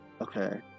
Okay